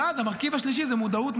ואז המרכיב השלישי זה מודעות,